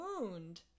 wound